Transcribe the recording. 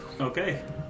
Okay